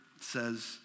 says